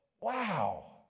wow